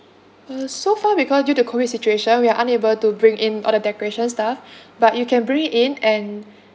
uh so far because due to COVID situation we are unable to bring in all the decoration stuff but you can bring it in and